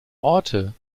orte